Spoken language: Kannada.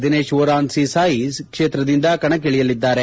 ದಿನೇಶ್ ಓರಾನ್ ಸೀಸಾಯಿ ಕ್ಷೇತ್ರದಿಂದ ಕಣಕ್ಕಿ ಳಿಯಲಿದ್ದಾರೆ